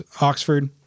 Oxford